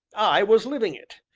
i was living it.